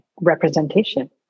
representation